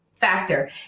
factor